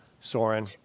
Soren